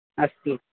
अस्तु